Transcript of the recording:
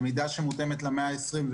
למידה שמותאמת למאה ה-21,